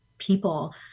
people